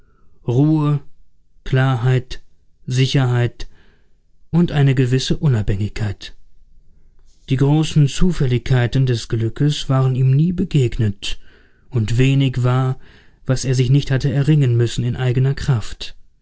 ruhe klarheit sicherheit und eine gewisse unabhängigkeit die großen zufälligkeiten des glückes waren ihm nie begegnet und wenig war was er sich nicht hatte erringen müssen in eigener kraft